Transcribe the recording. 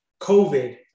COVID